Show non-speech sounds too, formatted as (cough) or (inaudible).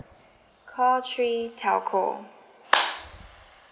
call three telco (noise)